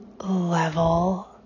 level